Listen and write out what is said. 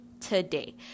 today